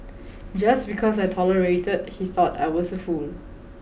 just because I tolerated he thought I was a fool